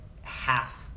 half